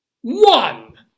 one